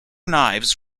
knives